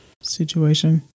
situation